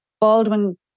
Baldwin